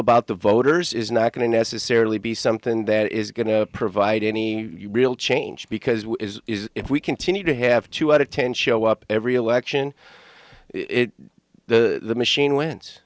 about the voters is not going to necessarily be something that is going to provide any real change because if we continue to have two out of ten show up every election the machine wins